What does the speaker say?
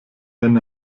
wenn